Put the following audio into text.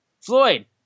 Floyd